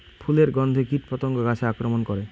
ফুলের গণ্ধে কীটপতঙ্গ গাছে আক্রমণ করে?